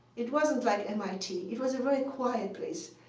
it wasn't like mit. it was a very quiet place,